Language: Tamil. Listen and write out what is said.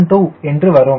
212 என்று வரும்